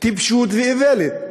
טיפשות ואיוולת.